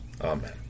Amen